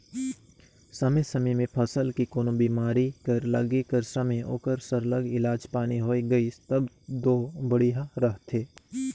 समे समे में फसल के कोनो बेमारी कर लगे कर समे ओकर सरलग इलाज पानी होए गइस तब दो बड़िहा रहथे